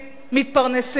מתפרנסים,